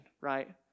right